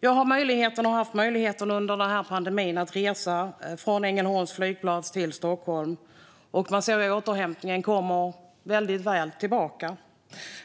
Jag har under pandemin haft möjlighet att resa från Ängelholms flygplats till Stockholm. Man ser hur återhämtningen kommer väldigt väl.